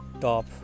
top